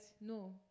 no